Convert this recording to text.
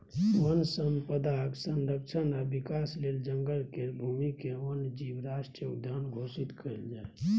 वन संपदाक संरक्षण आ विकास लेल जंगल केर भूमिकेँ वन्य जीव राष्ट्रीय उद्यान घोषित कएल जाए